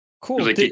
cool